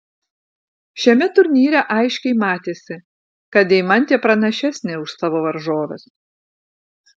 šiame turnyre aiškiai matėsi kad deimantė pranašesnė už savo varžoves